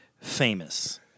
Famous